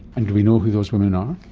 and do we know who those women are?